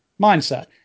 mindset